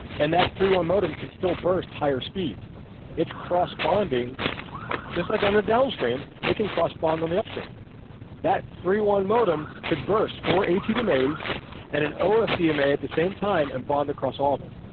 and that thirty one modem can still burst higher speed it's cross bonding just like on a downstream it can cross bond on the upstream that thirty one modem could burst for a td maze and an ofdm a at the same time and bond across all of them